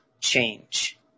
change